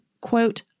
quote